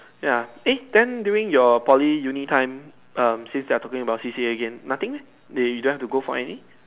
ya eh then during your Poly Uni time um since we are talking about C_C_A again nothing they you don't have to go for any